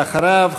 ואחריו,